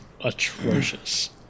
atrocious